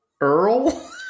Earl